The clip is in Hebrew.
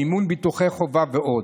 מימון ביטוחי חובה ועוד.